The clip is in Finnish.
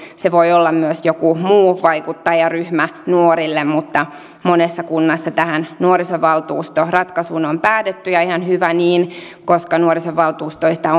se voi olla myös joku muu vaikuttajaryhmä nuorille mutta monessa kunnassa tähän nuorisovaltuustoratkaisuun on päädytty ja ihan hyvä niin koska nuorisovaltuustoista